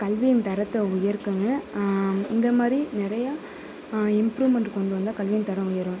கல்வியின் தரத்தை உயர்க்கங்க இந்த மாதிரி நிறையா இம்ப்ரூவ்மெண்ட் கொண்டு வந்தால் கல்வியின் தரம் உயரும்